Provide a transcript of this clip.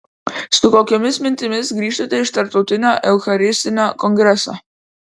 su kokiomis mintimis grįžtate iš tarptautinio eucharistinio kongreso